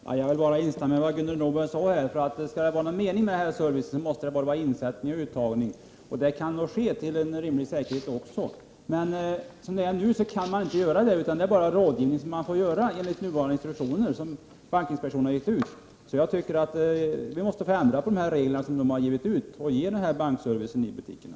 Herr talman! Jag vill bara instämma i vad Gudrun Norberg sade. Skall det vara någon mening med den här servicen, så måste det vara insättning och uttagning. Det kan också ske med rimlig säkerhet. Men som det är nu kan man inte stå till tjänst med det, utan det är bara rådgivning som man får ägna sig åt enligt de instruktioner som bankinspektionen har gett ut. Jag tycker därför att vi måste ändra på dessa regler, så att man kan ge den här bankservicen i butikerna.